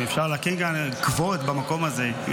אם אפשר להגיד כאן במקום הזה "כבוד",